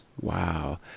Wow